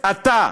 אתה.